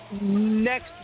Next